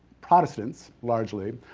protestants, largely,